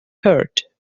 hurt